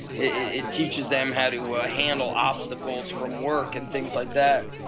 it teaches them how to ah handle obstacles from work and things like that.